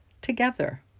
together